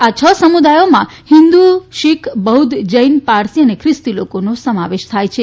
આ છ સમુદાયોમાં હિંન્દુ શીખ બૌદ્ધ જૈન પારસી અને ખ્રિસ્તી લોકોનો સમાવેશ થાય છે